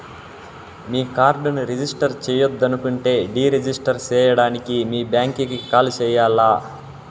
మీ కార్డుని రిజిస్టర్ చెయ్యొద్దనుకుంటే deregister సేయడానికి మీ బ్యాంకీకి కాల్ సెయ్యాల్ల